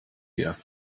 wir